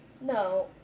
No